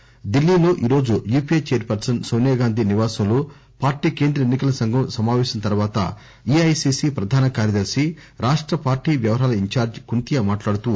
కొత్త ఢిల్లీలో ఈరోజు యూపీఏ చైర్ పర్పన్ నోనియాగాంధీ నివాసంలో పార్టీ కేంద్ర ఎన్ని కల సంఘం సమాపేశం తర్వాత ఏఐసిసి ప్రధాన కార్యదర్శి రాష్ట పార్టీ వ్యవహారాల ఇంచార్ట్ కుంతియా ఈ విషయం చెప్పారు